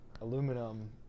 aluminum